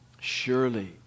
surely